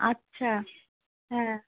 আচ্ছা হ্যাঁ